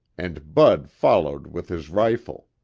and bud followed with his rifle.